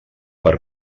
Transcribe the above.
per